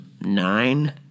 nine